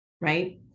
right